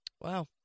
Wow